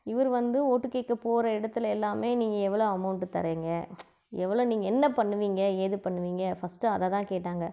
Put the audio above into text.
இவர் வந்து ஓட்டு கேட்க போகிற இடத்தில் எல்லாமே நீங்கள் எவ்வளோ அமௌண்ட்டு தரீங்க எவ்வளோ நீங்கள் என்ன பண்ணுவீங்க ஏது பண்ணுவீங்க ஃபஸ்ட்டு அதை தான் கேட்டாங்க